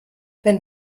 wenn